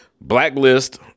blacklist